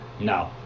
no